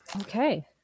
Okay